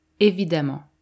Évidemment